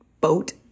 boat